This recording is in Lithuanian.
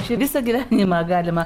čia visą gyvenimą galima